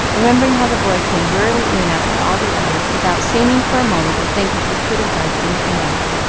remembering how the boy came wearily in after all the others, without seeming for a moment to think that he could have done anything else.